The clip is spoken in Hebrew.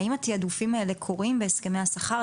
האם התיעדופים האלה קורים בהסכמי השכר?